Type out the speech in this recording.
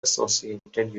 associated